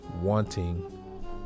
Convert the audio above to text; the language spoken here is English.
wanting